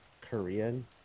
korean